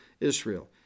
Israel